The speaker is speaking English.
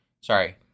Sorry